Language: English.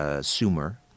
Sumer